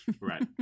Right